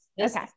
Okay